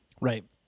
Right